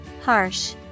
Harsh